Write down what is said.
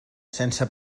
sense